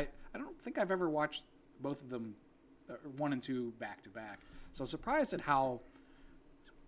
and i don't think i've ever watched both of them are one and two back to back so surprised at how